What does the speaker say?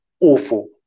awful